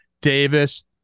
Davis